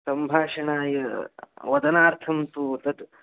सम्भाषणाय वदनार्थं तु तत्